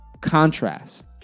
contrast